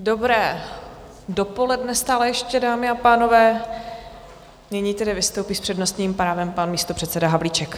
Dobré dopoledne stále ještě, dámy a pánové, nyní tedy vystoupí s přednostním právem pan místopředseda Havlíček.